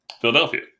Philadelphia